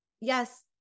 yes